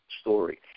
story